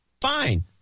fine